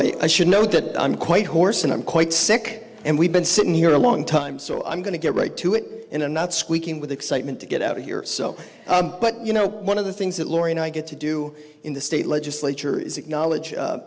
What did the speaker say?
i should note that i'm quite hoarse and i'm quite sick and we've been sitting here a long time so i'm going to get right to it in a nut squeaking with excitement to get out of here so but you know one of the things that laurie and i get to do in the state legislature is acknowledge